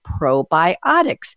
probiotics